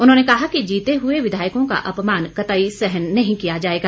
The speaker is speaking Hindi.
उन्होंने कहा कि जीते हुए विधायकों का अपमान कतई सहन नहीं किया जाएगा